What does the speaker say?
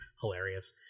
hilarious